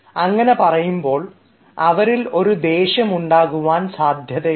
അങ്ങനെ പറയുമ്പോൾ അവരിൽ ഒരു ദേഷ്യം ഉണ്ടാകുവാൻ സാധ്യതയുണ്ട്